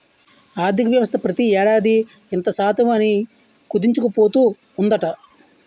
ఆర్థికవ్యవస్థ ప్రతి ఏడాది ఇంత శాతం అని కుదించుకుపోతూ ఉందట